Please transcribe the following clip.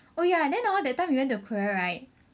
oh ya then hor that time you went to Korea right